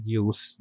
use